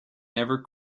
never